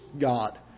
God